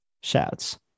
shouts